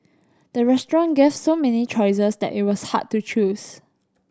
the restaurant gave so many choices that it was hard to choose